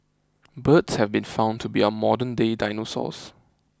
birds have been found to be our modernday dinosaurs